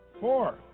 four